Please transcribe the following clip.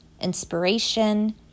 inspiration